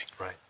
right